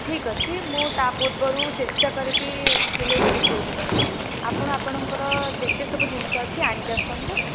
ଠିକ ଅଛି ମୁଁ ତା ପୂର୍ବରୁ ଚେଷ୍ଟା କରିବି ସିଲେଇ କରିକି ଦେଇ ଦେବାକୁ ଆପଣ ଆପଣଙ୍କର ଯେତେ ସବୁ ଜିନିଷ ଅଛି ଆଣିକି ଆସନ୍ତୁ